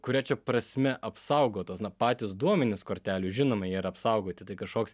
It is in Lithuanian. kuria čia prasme apsaugotos na patys duomenys kortelių žinoma jie yra apsaugoti tai kažkoks